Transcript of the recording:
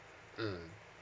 mm